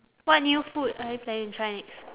what new food are you planning to try next